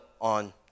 on